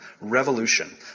revolution